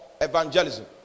evangelism